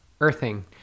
earthing